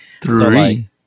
Three